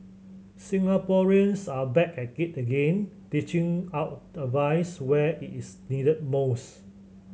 Singaporeans are back at it again dishing out advice where it is needed most